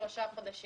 שלושה חודשים.